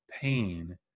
pain